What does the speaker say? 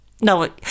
No